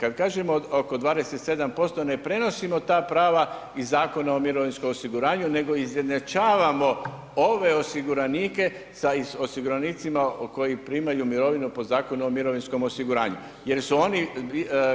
Kad kažemo oko 27% ne prenosimo ta prava iz Zakona o mirovinskom osiguranju nego izjednačavamo ove osiguranike sa osiguranicima koji primaju mirovinu po Zakonu o mirovinskom osiguranju jer su oni